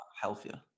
healthier